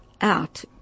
out